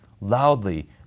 loudly